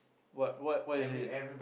what what what is it